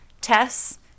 tests